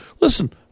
listen